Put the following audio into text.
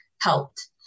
helped